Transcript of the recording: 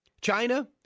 China